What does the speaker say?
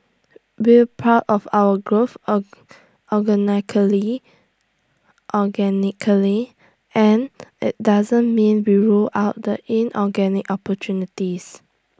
we're proud of our growth organically organically and IT doesn't mean we rule out the inorganic opportunities